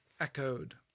echoed